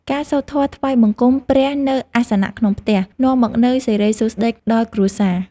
ការសូត្រធម៌ថ្វាយបង្គំព្រះនៅអាសនៈក្នុងផ្ទះ នាំមកនូវសិរីសួស្តីដល់គ្រួសារ។